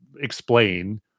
explain